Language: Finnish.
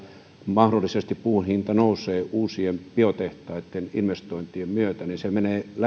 mahdollisesti puun hinta nousee uusien biotehtaitten investointien myötä niin